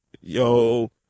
yo